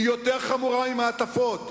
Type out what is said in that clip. היא יותר חמורה ממעטפות,